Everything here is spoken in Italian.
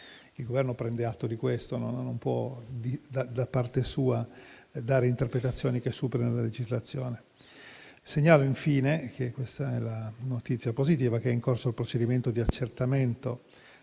Il Governo prende atto di questo e non può da parte sua dare interpretazioni che superino la legislazione. Segnalo infine - questa è la notizia positiva - che è in corso il procedimento di accertamento